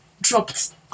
dropped